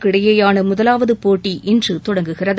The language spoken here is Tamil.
உலக இடையேயான முதலாவது போட்டி இன்று தொடங்குகிறது